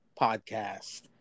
Podcast